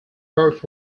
heart